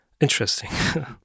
interesting